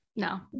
No